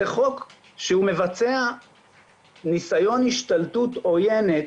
זה חוק שמבצע ניסיון השתלטות עוינת